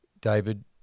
David